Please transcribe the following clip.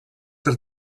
per